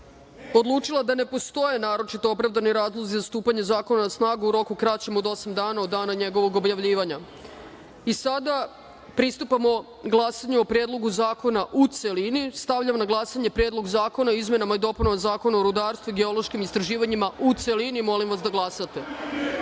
odlučila da ne postoje naročito opravdani razlozi za stupanje zakona na snagu u roku kraćem od osam dana od dana njegovog objavljivanja. Sada pristupamo glasanju o Predlogu zakona u celini. Stavljam na glasanje Predlog zakona o izmenama i dopunama Zakona o rudarstvu i geološkim istraživanjima, u celini. Molim narodne